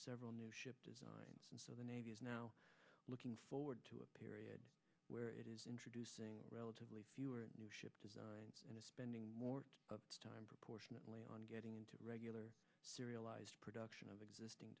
several new ship design so the navy is now looking forward to a period where it is introducing relatively fewer new ship designs and is spending more time proportionately on getting into regular serialized production of existing